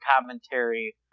commentary